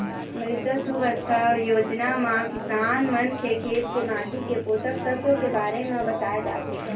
मृदा सुवास्थ योजना म किसान मन के खेत के माटी के पोसक तत्व के बारे म बताए जाथे